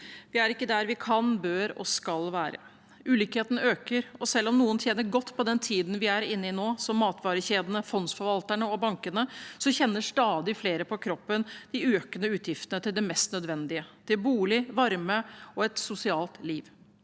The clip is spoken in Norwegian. Vi er ikke der vi kan, bør og skal være. Ulikheten øker, og selv om noen tjener godt på den tiden vi nå er inne i – som matvarekjedene, fondsforvalterne og bankene – kjenner stadig flere på kroppen de økende utgiftene til det mest nødvendige: bolig, varme og et sosialt liv.